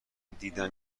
دیدم